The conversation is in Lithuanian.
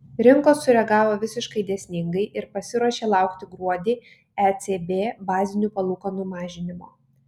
rinkos sureagavo visiškai dėsningai ir pasiruošė laukti gruodį ecb bazinių palūkanų mažinimo